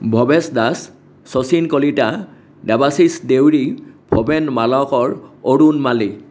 Bhabesh Das Sachin Kalita Debashish Deori Bhaben Malakar Arun Mali